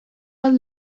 bat